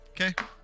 Okay